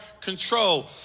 control